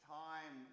time